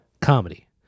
Comedy